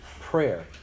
prayer